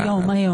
היום.